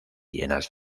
llenas